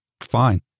Fine